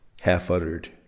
half-uttered